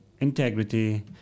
integrity